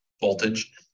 voltage